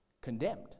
Condemned